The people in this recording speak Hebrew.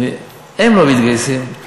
הם לא מתגייסים.